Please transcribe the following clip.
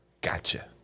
gotcha